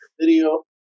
video